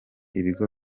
ibigo